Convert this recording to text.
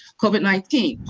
covid nineteen,